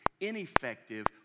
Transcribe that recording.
ineffective